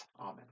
Amen